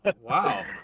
Wow